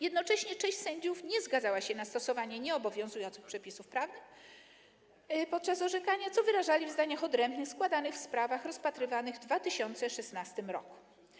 Jednocześnie część sędziów nie zgadzała się na stosowanie nieobowiązujących przepisów prawnych podczas orzekania, co wyrażali w zdaniach odrębnych składanych w sprawach rozpatrywanych w 2016 r.